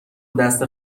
دست